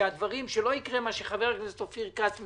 שלא יקרה מה שחבר הכנסת אופיר כץ מספר,